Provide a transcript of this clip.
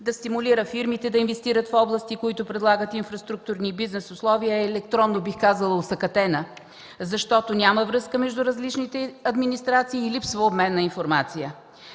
да стимулира фирмите да инвестират в области, които предлагат инфраструктурни и бизнес условия, е електронно осакатена, бих казала, защото няма връзка между различните администрации, липсва обмен на информация.